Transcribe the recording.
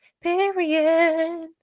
period